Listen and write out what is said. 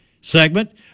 segment